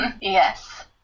Yes